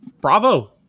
Bravo